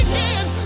Again